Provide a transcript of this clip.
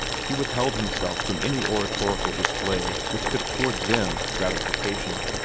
he withheld himself from any oratorical display which could afford them gratification.